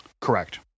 Correct